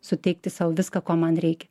suteikti sau viską ko man reikia